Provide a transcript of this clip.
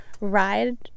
ride